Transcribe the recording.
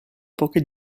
poche